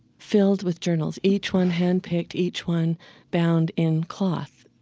filled with journals, each one handpicked, each one bound in cloth,